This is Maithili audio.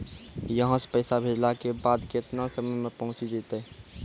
यहां सा पैसा भेजलो के बाद केतना समय मे पहुंच जैतीन?